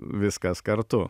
viskas kartu